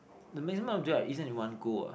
the maximum of durian I eat in one go ah